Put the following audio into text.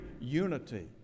Unity